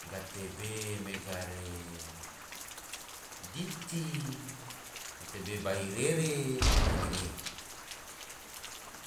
gatebe mega re diti, gatebe bairere, a nege